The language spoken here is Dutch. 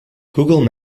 google